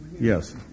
Yes